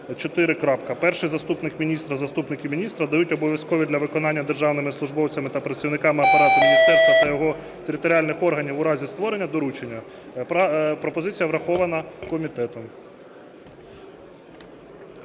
Перший заступник міністра, заступники міністра дають обов'язкові для виконання державними службовцями та працівниками апарату міністерства та його територіальних органів (у разі створення) доручення". Пропозиція врахована комітетом.